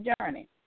journey